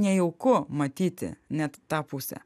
nejauku matyti net tą pusę